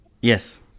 Yes